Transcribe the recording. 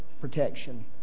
protection